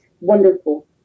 wonderful